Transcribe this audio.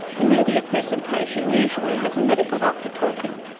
the media presentation usually has a medical doctor talking.